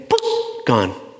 gone